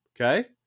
okay